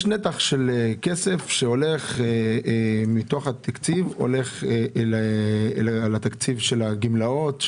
יש נתח של כסף שמתוך התקציב הולך לתקציב של הגמלאות,